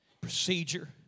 procedure